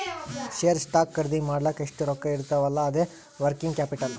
share, stock ಖರ್ದಿ ಮಾಡ್ಲಕ್ ಎಷ್ಟ ರೊಕ್ಕಾ ಇರ್ತಾವ್ ಅಲ್ಲಾ ಅದೇ ವರ್ಕಿಂಗ್ ಕ್ಯಾಪಿಟಲ್